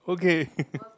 okay